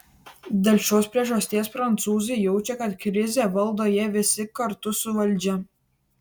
dėl šios priežasties prancūzai jaučia kad krizę valdo jie visi kartu su valdžia